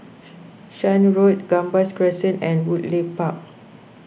Shan Road Gambas Crescent and Woodleigh Park